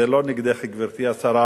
זה לא נגדך, גברתי השרה,